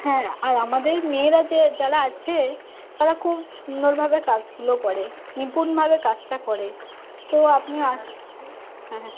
হ্যাঁ আর আমাদের মেয়েরা যে যারা আছে তারা খুব সুন্দরভাবে কাজগুলো করে নিপুণভাবে কাজটা করে তো আপনি আস হ্যাঁ হ্যাঁ